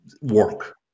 work